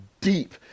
deep